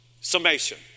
summation